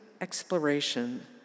exploration